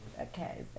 Okay